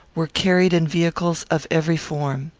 were carried in vehicles of every form.